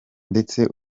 ndetse